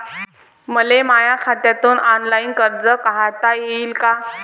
मले माया खात्यातून ऑनलाईन कर्ज काढता येईन का?